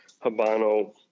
Habano